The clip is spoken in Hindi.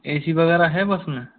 ए सी वग़ैर है बस में